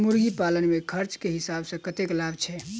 मुर्गी पालन मे खर्च केँ हिसाब सऽ कतेक लाभ छैय?